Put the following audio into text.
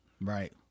right